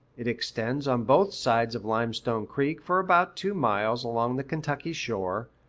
it extends on both sides of limestone creek for about two miles along the kentucky shore,